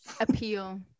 appeal